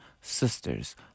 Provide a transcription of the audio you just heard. Sisters